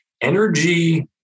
Energy